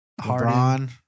LeBron